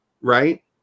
right